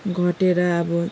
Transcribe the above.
घटेर अब